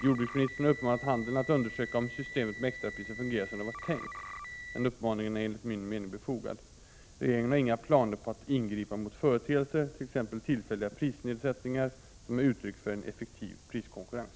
Jordbruksministern har uppmanat handeln att undersöka om systemet med extrapriser fungerar som det var tänkt. Den uppmaningen är enligt min mening befogad. Regeringen har inga planer på att ingripa mot företeelser, t.ex. tillfälliga prisnedsättningar, som är uttryck för en effektiv priskonkurrens.